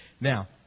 Now